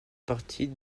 partie